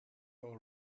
all